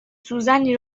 سوزنی